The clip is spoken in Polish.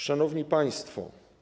Szanowni Państwo!